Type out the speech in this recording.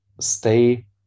stay